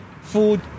food